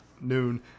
noon